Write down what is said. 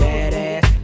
Badass